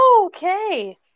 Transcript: Okay